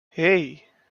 hey